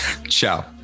ciao